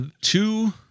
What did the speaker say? two